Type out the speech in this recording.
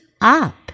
up